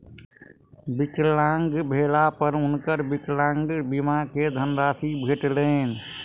विकलांग भेला पर हुनका विकलांग बीमा के धनराशि भेटलैन